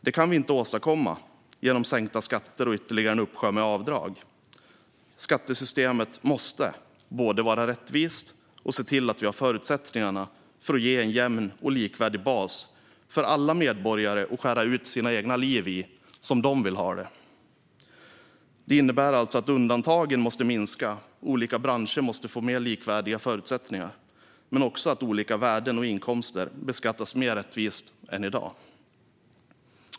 Det kan vi inte åstadkomma genom sänkta skatter och ytterligare en uppsjö med avdrag. Skattesystemet måste både vara rättvist och ge förutsättningar för en jämn och likvärdig bas för medborgarna så att alla kan skapa det liv de vill ha. Detta innebär alltså att undantagen måste minska och att olika branscher måste få mer likvärdiga förutsättningar men också att olika värden och inkomster beskattas mer rättvist än i dag.